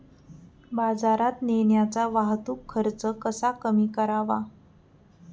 बाजारात नेण्याचा वाहतूक खर्च कसा कमी करावा?